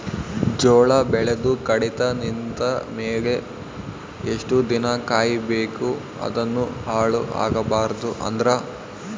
ಜೋಳ ಬೆಳೆದು ಕಡಿತ ನಿಂತ ಮೇಲೆ ಎಷ್ಟು ದಿನ ಕಾಯಿ ಬೇಕು ಅದನ್ನು ಹಾಳು ಆಗಬಾರದು ಅಂದ್ರ?